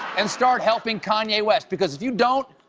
and start helping kanye west. because if you don't,